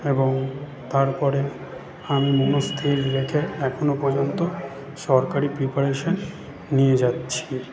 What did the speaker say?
এবং তারপরে আমি মনস্থির রেখে এখনও পর্যন্ত সরকারি প্রিপারেশান নিয়ে যাচ্ছি